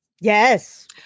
Yes